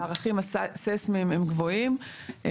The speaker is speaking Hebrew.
והערכים הסיסמיים הם גבוהים.